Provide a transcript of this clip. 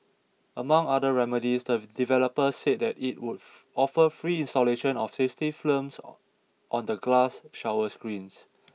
among other remedies the developer said that it would offer free installation of safety films on the glass shower screens